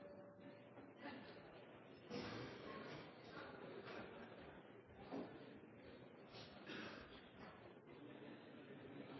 den